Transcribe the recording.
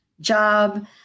job